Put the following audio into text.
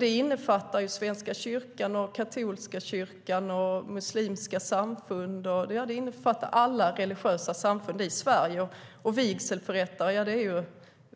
Det innefattar Svenska kyrkan, katolska kyrkan, muslimska samfund och alla andra religiösa samfund i Sverige. Vigselförrättare är